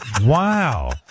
Wow